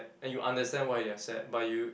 and you understand why they are sad but you